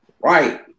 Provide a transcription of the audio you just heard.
right